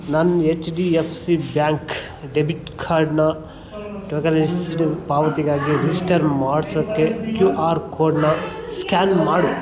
ನನ್ನ H D F C bank debit ಕಾರ್ಡನ್ನ tokenised ಪಾವತಿಗಾಗಿ ರಿಜಿಸ್ಟರ್ ಮಾಡ್ಸೋಕ್ಕೆ ಕ್ಯೂ ಆರ್ ಕೋಡನ್ನ ಸ್ಕ್ಯಾನ್ ಮಾಡು